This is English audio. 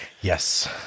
Yes